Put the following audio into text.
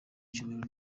icyubahiro